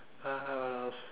uh what else